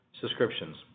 subscriptions